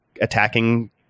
attacking